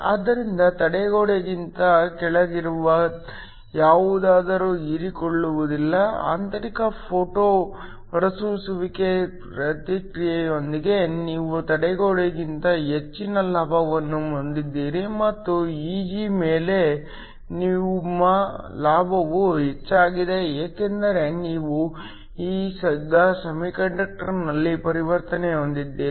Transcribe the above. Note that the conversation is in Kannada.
ಆದ್ದರಿಂದ ತಡೆಗೋಡೆಗಿಂತ ಕೆಳಗಿರುವ ಯಾವುದೂ ಹೀರಿಕೊಳ್ಳುವುದಿಲ್ಲ ಆಂತರಿಕ ಫೋಟೋ ಹೊರಸೂಸುವಿಕೆ ಪ್ರಕ್ರಿಯೆಯಿಂದಾಗಿ ನೀವು ತಡೆಗೋಡೆಗಿಂತ ಹೆಚ್ಚಿನ ಲಾಭವನ್ನು ಹೊಂದಿದ್ದೀರಿ ಮತ್ತು Eg ಮೇಲೆ ನಿಮ್ಮ ಲಾಭವು ಹೆಚ್ಚಾಗಿದೆ ಏಕೆಂದರೆ ನೀವು ಈಗ ಸೆಮಿಕಂಡಕ್ಟರ್ನಲ್ಲಿ ಪರಿವರ್ತನೆ ಹೊಂದಿದ್ದೀರಿ